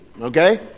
okay